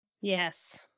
yes